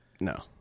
No